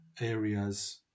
areas